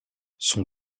son